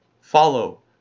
follow